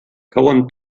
cauen